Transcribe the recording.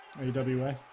AWA